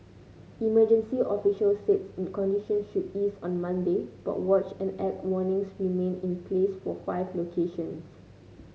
emergency officials said in conditions should ease on Monday but watch and act warnings remained in place for five locations